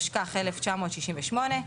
התשכ"ח 1968,